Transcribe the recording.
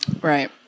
Right